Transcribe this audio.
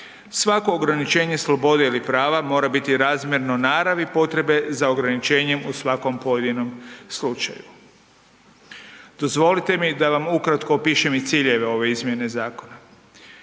Svako ograničenje slobode ili prava mora biti razmjerno naravni potrebe za ograničenjem u svakom pojedinom slučaju. Dozvolite mi da vam ukratko opišem i ciljeve ove izmjene zakona.